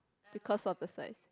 because of the size